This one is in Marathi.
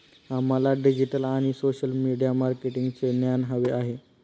आम्हाला डिजिटल आणि सोशल मीडिया मार्केटिंगचे ज्ञान हवे आहे